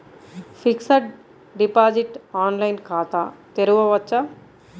Fixed deposit online ఖాతా తెరువవచ్చా?